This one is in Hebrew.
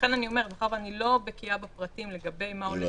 אני לא בקיאה בפרטים לגבי מה הולך